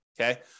okay